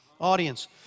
audience